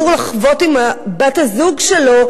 שהוא אמור לחוות עם בת-הזוג שלו,